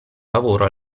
lavoro